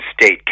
state